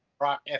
Rock